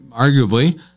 Arguably